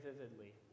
vividly